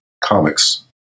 comics